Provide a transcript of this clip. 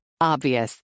Obvious